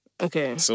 Okay